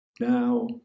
now